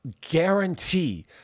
guarantee